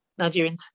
Nigerians